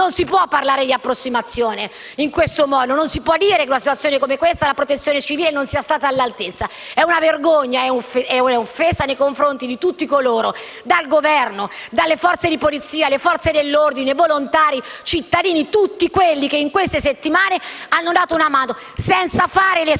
Non si può parlare di approssimazione in siffatto modo. Non si può dire che in una situazione come questa la Protezione civile non sia stata all'altezza. Solo una vergogna e un'offesa nei confronti di tutti coloro - dal Governo, alle forze di polizia, alle Forze dell'ordine, ai volontari e ai cittadini - che nelle ultime settimane hanno dato una mano, senza fare le sfilate